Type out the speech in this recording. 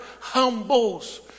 humbles